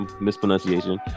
mispronunciation